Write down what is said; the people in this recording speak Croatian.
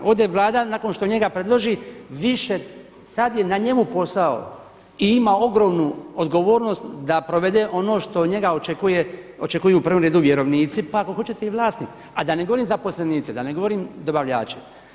Ovdje Vlada nakon što njega predloži više, sad je na njemu posao i ima ogromnu odgovornost da provede ono što od njega očekuju u prvom redu vjerovnici, pa ako hoćete i vlasnik, a da ne govorim zaposlenici, da ne govorim dobavljači.